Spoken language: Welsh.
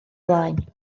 blaen